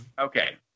Okay